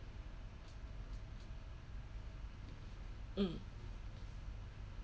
mm